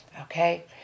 Okay